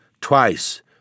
twice